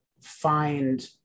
find